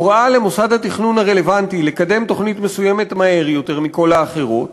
הוראה למוסד התכנון הרלוונטי לקדם תוכנית מסוימת מהר יותר מכל האחרות.